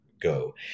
go